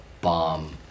bomb